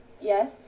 Yes